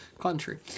country